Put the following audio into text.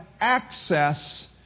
access